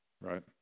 right